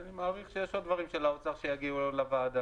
אז אני מעריך שיש עוד דברים של האוצר שיגיעו לוועדה.